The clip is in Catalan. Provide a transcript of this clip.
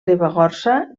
ribagorça